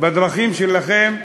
בדרכים שלכם,